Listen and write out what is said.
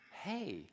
hey